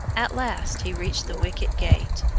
at last he reached the wicket-gate.